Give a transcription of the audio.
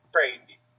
Crazy